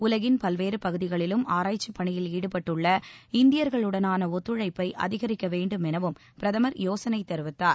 உலகின் பல்வேறு பகுதிகளிலும் ஆராய்ச்சிப் பணியில் ஈடுபட்டுள்ள இந்தியர்களுடனான ஒத்துழைப்பை அதிகரிக்க வேண்டும் எனவும் பிரதமர் யோசனை தெரிவித்தார்